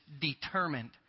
determined